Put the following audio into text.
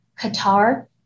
Qatar